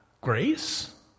grace